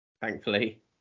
thankfully